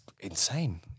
insane